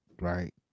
right